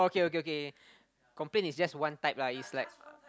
okay okay okay complain is just one type lah it's like